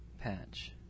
patch